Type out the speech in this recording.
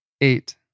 Eight